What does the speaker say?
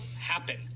happen